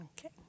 Okay